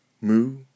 moo